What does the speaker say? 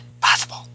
Possible